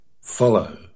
Follow